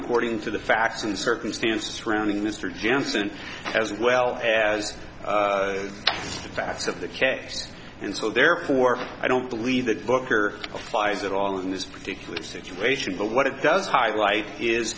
according to the facts and circumstances surrounding this are janssen as well as the fast of the caps and so therefore i don't believe that booker flies at all in this particular situation but what it does highlight is